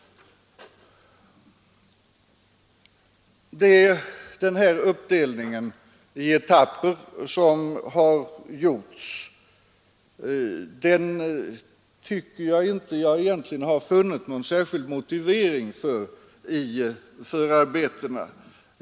Den här uppdelningen av lagstiftningsarbetet i etapper som har skett har jag inte funnit någon särskild motivering för i förarbetena.